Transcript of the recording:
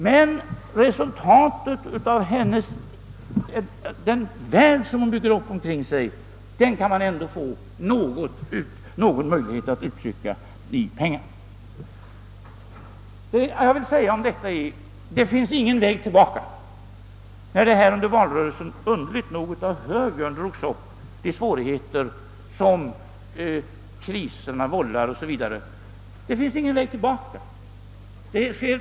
Men resultaten av hennes insats, den värld som hon bygger upp omkring sig, kan man ändå få någon möjlighet att uttrycka i pengar. Underligt nog var det högern som under valrörelsen drog upp de svårigheter som kriserna vållar. Vad jag vill säga om detta är: Det finns ingen väg tillbaka.